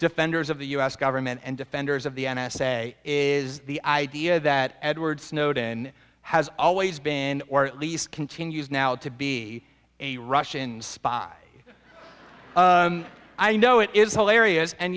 defenders of the us government and defenders of the n s a is the idea that edward snowden has always been or at least continues now to be a russian spy i know it is hilarious and